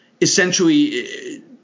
essentially